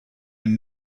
had